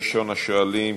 ראשון השואלים,